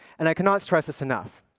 and i cannot stress this enough.